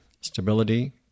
Stability